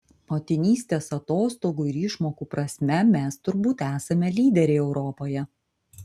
motinystės atostogų ir išmokų prasme mes turbūt esame lyderiai europoje